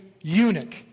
eunuch